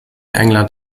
england